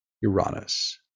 Uranus